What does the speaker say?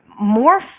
more